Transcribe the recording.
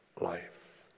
life